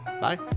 bye